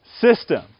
system